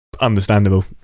Understandable